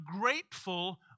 grateful